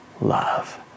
love